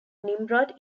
nimrod